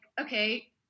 okay